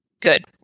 Good